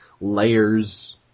layers